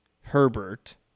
Herbert